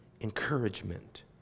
encouragement